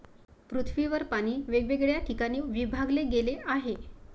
पृथ्वीवर पाणी वेगवेगळ्या ठिकाणी विभागले गेले आहे